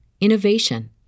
innovation